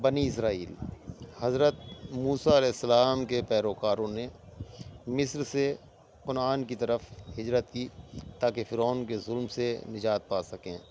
بنی اسرائیل حضرت موسیٰ علیہ السلام کے پیروکاروں نے مصر سے کنعان کی طرف ہجرت کی تاکہ فرعون کے ظلم سے نجات پا سکیں